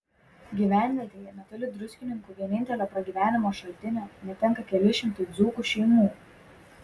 gyvenvietėje netoli druskininkų vienintelio pragyvenimo šaltinio netenka keli šimtai dzūkų šeimų